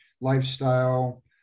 lifestyle